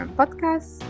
podcast